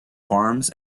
farms